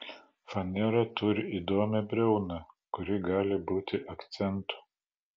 fanera turi įdomią briauną kuri gali būti akcentu